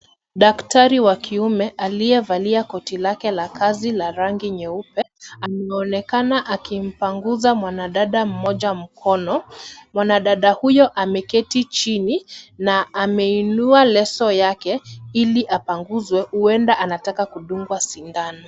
Daktari wa kiume aliye valia koti lake la kazi la rangi nyeupe anaonekana akimpanguza mwanadada mmoja mkono. Mwanadada huyu ameketi chini na ameinua leso yake ili apanguzwe huenda anataka kudungwa sindano.